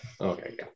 Okay